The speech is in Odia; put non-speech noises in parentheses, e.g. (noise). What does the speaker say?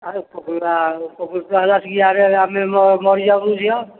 ଆଉ (unintelligible) ଇଆଡ଼େ ଆମେ ମରିଯାଉଛୁ ଝିଅ